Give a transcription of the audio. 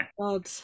God